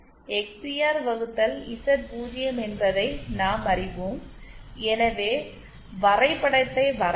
XCR வகுத்தல் Z 0 என்பதை நாம் அறிவோம் எனவே வரைபடத்தை வரையலாம்